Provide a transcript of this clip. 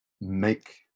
make